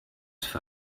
für